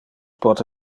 pote